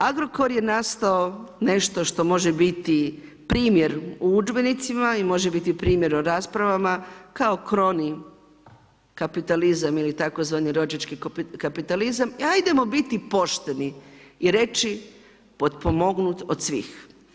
Agrokor je nastao nešto što može biti primjer u udžbenicima i može biti promjer u raspravama kao krovni kapitalizam ili tzv. rođački kapitalizam i ajdemo biti pošteni i reći potpomognut od svih.